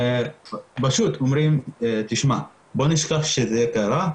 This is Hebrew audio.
ופשוט אומרים תשמע, בוא נשכח שזה קרה,